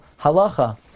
halacha